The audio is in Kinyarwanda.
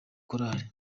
korari